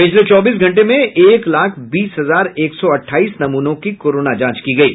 पिछले चौबीस घंटे में एक लाख बीस हजार एक सौ अट्ठाईस नमूनों की कोरोना जांच की गयी